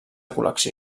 col·lecció